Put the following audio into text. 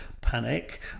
Panic